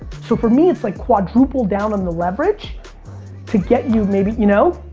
so for me it's like quadruple down on the leverage to get you maybe, you know?